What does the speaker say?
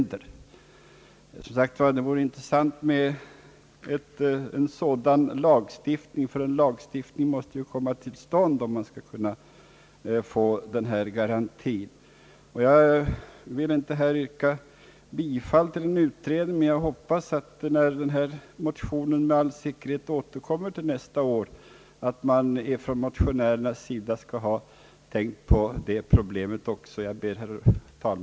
Det vore mycket intressant med en sådan lagstiftning, ty en lagstiftning måste ju komma till stånd för att skapa de avsedda garantierna. Jag vill inte yrka bifall till förslaget om en utredning, men jag hoppas att motionärerna nästa år, då motionerna med säkerhet återkommer, skall ha tänkt på det problemet också. Herr talman!